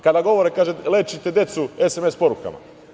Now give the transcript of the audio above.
Kada govore, kažu – lečite decu SMS porukama.